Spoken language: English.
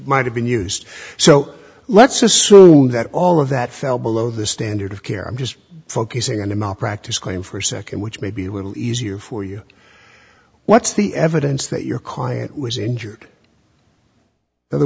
might have been used so let's assume that all of that fell below the standard of care i'm just focusing on the malpractise claim for a second which may be a little easier for you what's the evidence that your client was injured in other